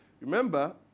Remember